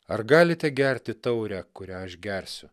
ar galite gerti taurę kurią aš gersiu